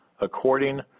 according